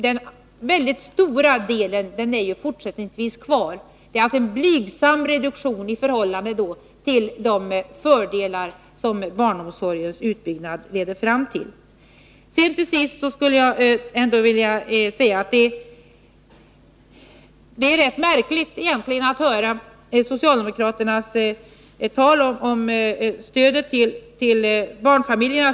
Den stora delen är ju fortsättningsvis kvar. Det är alltså en blygsam reduktion av statsbidraget i förhållande till de fördelar som en utbyggnad av barnomsorgen för med sig. Till sist skulle jag vilja säga att det är rätt märkligt att höra socialdemokraterna tala om stödet till barnfamiljerna.